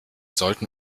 sollten